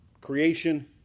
creation